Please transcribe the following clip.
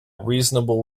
reasonable